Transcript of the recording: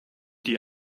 die